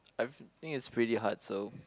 I think it's pretty hard so